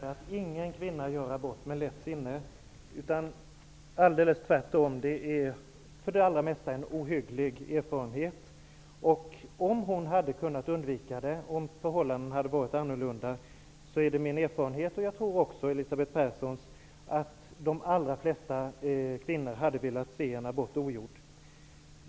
Herr talman! Min erfarenhet är att ingen kvinna gör abort med lätt sinne -- tvärtom. I de allra flesta fall är det en ohygglig erfarenhet. Det är min erfarenhet och kanske också Elisabeth Perssons att om förhållandena hade varit annorlunda och kvinnorna hade kunnat undvika att göra abort, hade de i de allra flesta fall velat ha aborten ogjord.